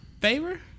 favor